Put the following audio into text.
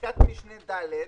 בפסקת משנה (ד),